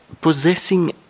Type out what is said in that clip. possessing